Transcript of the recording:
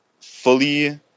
fully